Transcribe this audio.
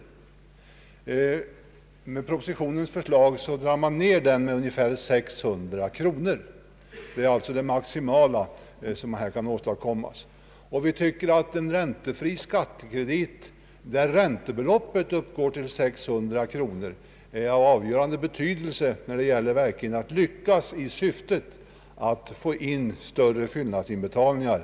Enligt propositionens förslag sänkes denna summa med ungefär 600 kronor, vilket är det maximala som här kan åstadkommas. En räntefri skattekredit där räntebeloppet uppgår till 600 kronor är av avgörande betydelse när det gäller att verkligen lyckas i syftet att få in större fyllnadsinbetalningar.